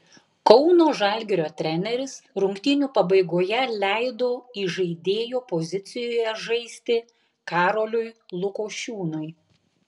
kauno žalgirio treneris rungtynių pabaigoje leido įžaidėjo pozicijoje žaisti karoliui lukošiūnui